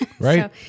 Right